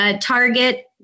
Target